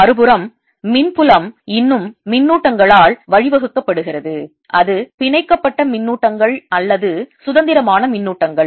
மறுபுறம் மின் புலம் இன்னும் மின்னூட்டங்களால் வழிவகுக்கப்படுகிறது அது பிணைக்கப்பட்ட மின்னூட்டங்கள் அல்லது சுதந்திரமான மின்னூட்டங்கள்